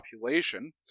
population